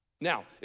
Now